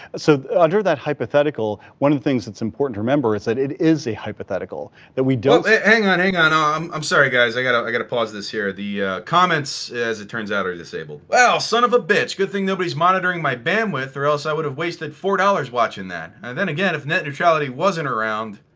so under that hypothetical, one of the things that's important to remember is that it is a hypothetical. that we don't hang on, hang on. um i'm sorry guys. i gotta i gotta pause this here. the comments as it turns out are disabled. wow son of a bitch good thing nobody's monitoring my bandwidth or else i would have wasted four dollars watching that. then again, if net neutrality wasn't around,